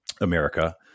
America